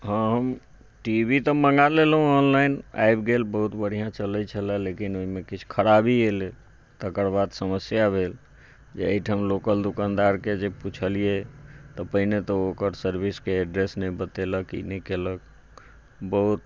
हम T V तऽ मँगा लेलहुँ हँ ऑनलाइन आबि गेल बहुत बढ़िआँ चलै छलै लेकिन ओइमे किछु खराबी एलै तकर बाद समस्या भेल जे अयठाँम लोकल दुकानदारके जे पूछलिये तऽ पहिने तऽ ओ ओकर सर्विसके एड्रेस नहि बतेलक ई नहि केलक बहुत